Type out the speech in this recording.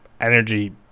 energy